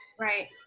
right